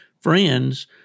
friends